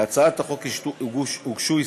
להצעת החוק הוגשו הסתייגויות.